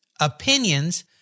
opinions